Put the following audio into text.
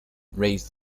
raised